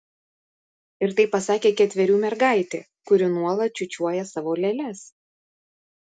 ir tai pasakė ketverių mergaitė kuri nuolat čiūčiuoja savo lėles